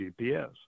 GPS